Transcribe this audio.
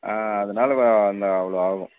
ஆ அதனால் ஆ அந்த அவ்வளோ ஆகும்